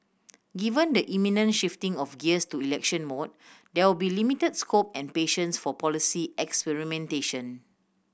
given the imminent shifting of gears to election mode there will be limited scope and patience for policy experimentation